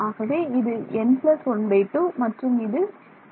ஆகவே இது n 12 மற்றும் இது n − 12